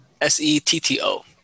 S-E-T-T-O